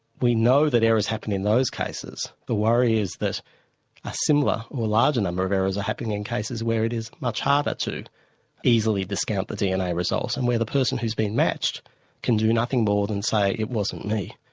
we know that errors happen in those cases, the worry is that a similar or a larger number of errors are happening in cases where it is much harder to easily discount the dna result, and where the person who's been matched can do nothing more than say it wasn't me,